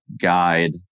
guide